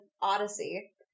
Odyssey